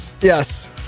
Yes